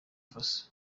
faso